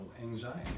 anxiety